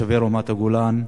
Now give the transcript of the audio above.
לתושבי רמת-הגולן,